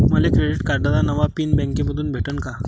मले क्रेडिट कार्डाचा नवा पिन बँकेमंधून भेटन का?